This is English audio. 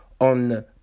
on